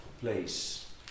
place